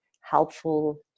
helpful